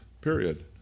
Period